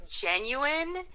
genuine